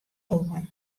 oan